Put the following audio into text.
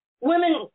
women